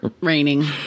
Raining